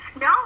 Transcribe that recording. no